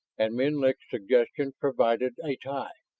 and menlik's suggestion provided a tie.